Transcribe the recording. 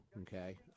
okay